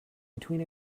between